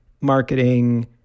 marketing